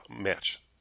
match